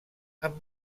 amb